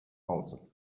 hause